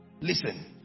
Listen